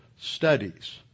studies